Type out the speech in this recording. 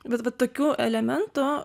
bet vat tokių elementų